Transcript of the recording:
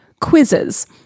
quizzes